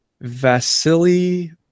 Vasily